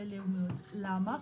למה?